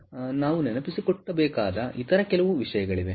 ಆದ್ದರಿಂದ ನಾವು ನೆನಪಿನಲ್ಲಿಟ್ಟುಕೊಳ್ಳಬೇಕಾದ ಇತರ ಕೆಲವು ವಿಷಯಗಳಿವೆ